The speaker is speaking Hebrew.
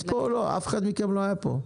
אף אחת מכן לא הייתה כאן.